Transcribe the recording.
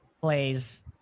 plays